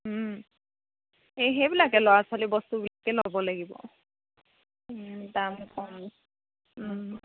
এই সেইবিলাকে ল'ৰা ছোৱালী বস্তুবিলাকে ল'ব লাগিব দাম কম